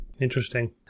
Interesting